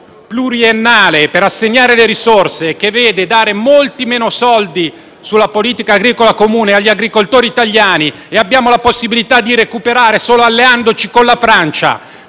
pluriennale per assegnare le risorse, il quale vede dare molti meno soldi nell'ambito della politica agricola comune agli agricoltori italiani e abbiamo la possibilità di recuperare solo alleandoci con la Francia,